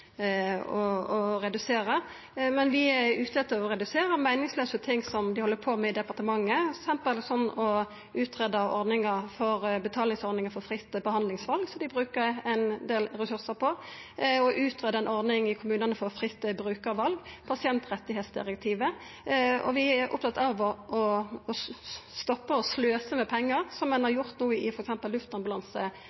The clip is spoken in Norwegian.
etter å redusera. Vi er ute etter å redusera meiningslause ting som ein held på med i departementet, f.eks. som å utgreia betalingsordningar for fritt behandlingsval, som dei bruker ein del ressursar på, og å utgreia ei ordning i kommunane for fritt brukarval, pasientrettsdirektivet. Og vi er opptatt av å stoppa å sløsa med pengar, som ein har